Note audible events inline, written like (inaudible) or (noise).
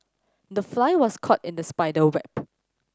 the fly was caught in the spider (unintelligible)